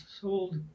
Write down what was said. sold